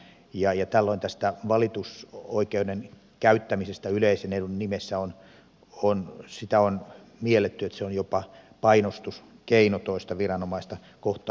tällöin on mielletty että tämä valitusoikeuden käyttäminen yleisen edun nimissä on jopa painostuskeino toista viranomaista kohtaan